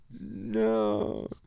No